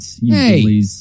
hey